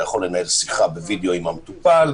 אתה יכול לנהל שיחה בווידיאו עם המטופל,